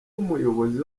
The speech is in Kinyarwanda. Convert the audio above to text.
nk’umuyobozi